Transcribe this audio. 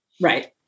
Right